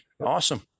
Awesome